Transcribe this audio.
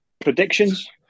Predictions